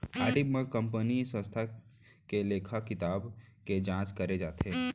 audit म कंपनीय संस्था के लेखा किताब के जांच करे जाथे